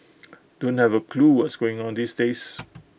don't have A clue what's going on these days